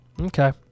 Okay